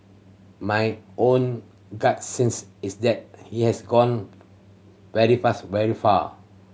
my own gut sense is that it has gone very fast very far